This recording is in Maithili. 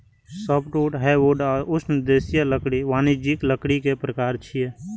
सॉफ्टवुड, हार्डवुड आ उष्णदेशीय लकड़ी वाणिज्यिक लकड़ी के प्रकार छियै